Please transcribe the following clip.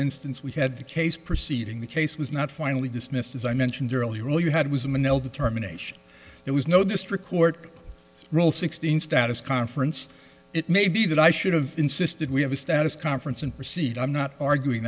instance we had the case proceeding the case was not finally dismissed as i mentioned earlier all you had was a male determination there was no district court rule sixteen status conference it may be that i should've insisted we have a status conference and proceed i'm not arguing